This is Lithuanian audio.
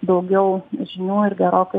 daugiau žinių ir gerokai